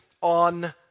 on